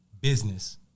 business